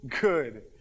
good